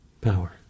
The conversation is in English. power